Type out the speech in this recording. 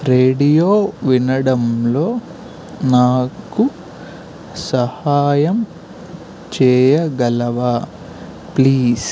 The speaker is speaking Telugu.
రేడియో వినడంలో నాకు సహాయం చేయగలవా ప్లీజ్